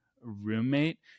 roommate